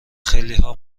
خیلیها